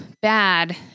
bad